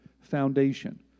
foundation